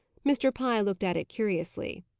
mr. pye looked at it curiously.